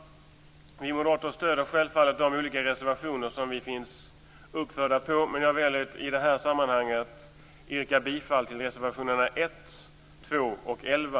Vi moderater stöder självfallet de olika reservationer som vi står uppförda på, men jag väljer att i det här sammanhanget yrka bifall till reservationerna 1, 2 och 11.